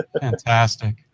Fantastic